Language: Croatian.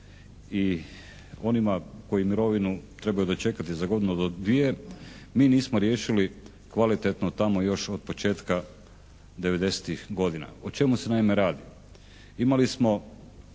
i onima koji mirovinu trebaju dočekati za godinu do dvije mi nismo riješili kvalitetno tamo još od početka '90.-ih godina. O čemu se naime radi? Imali smo